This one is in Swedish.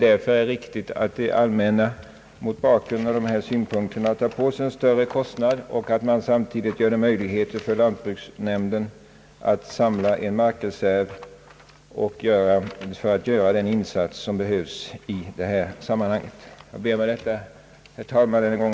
Därför är det riktigt att det allmänna tar på sig en större kostnad och att man samtidigt gör det möjligt för lantbruksnämnden att samla en markreserv för att göra den insats som behövs i detta sammanhang.